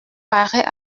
paraît